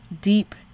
deep